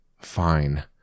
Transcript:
Fine